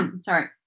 Sorry